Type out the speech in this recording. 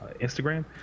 instagram